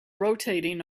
rotating